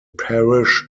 parish